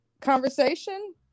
conversation